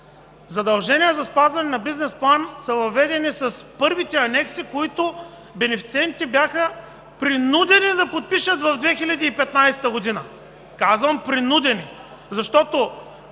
Задълженията за спазване на бизнес плана са въведени с първите анекси, които бенефициентите бяха принудени да подпишат в 2015 г. Казвам принудени, защото